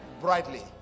brightly